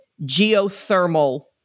geothermal